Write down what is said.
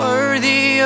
Worthy